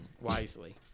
Wisely